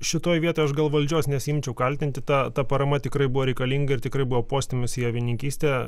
šitoj vietoj aš gal valdžios nesiimčiau kaltinti ta ta parama tikrai buvo reikalinga ir tikrai buvo postūmis į avininkystę